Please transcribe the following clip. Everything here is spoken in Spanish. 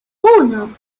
uno